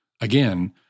again